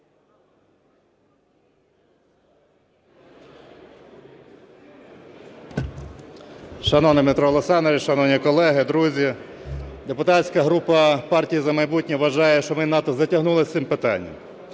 Шановний Дмитро Олександрович, шановні колеги, друзі! Депутатська група "Партія "За майбутнє" вважає, що ми надто затягнули з цим питанням.